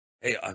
hey